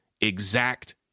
exact